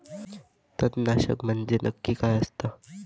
तणनाशक म्हंजे नक्की काय असता?